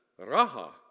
Raha